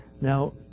Now